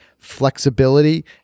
flexibility